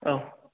औ